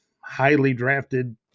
highly-drafted